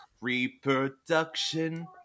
reproduction